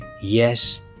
Yes